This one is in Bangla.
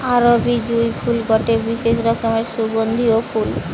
আরবি জুঁই ফুল গটে বিশেষ রকমের সুগন্ধিও ফুল